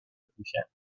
بفروشن